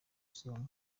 isonga